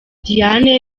diane